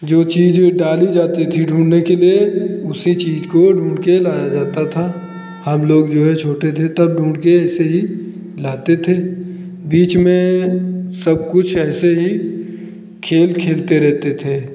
जो चीज़ ओ डाली जाती थी ढूँढने के लिए उसी चीज़ को ढूंढ़कर लाया जाता था हम लोग जो है छोटे थे तब ढूंढ़कर ऐसे ही लाते थे बीच में सब कुछ ऐसे ही खेल खेलते रहते थे